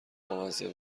بامزه